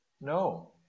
no